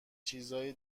چیزای